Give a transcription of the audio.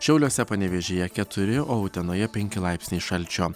šiauliuose panevėžyje keturi o utenoje penki laipsniai šalčio